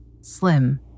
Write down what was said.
slim